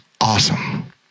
awesome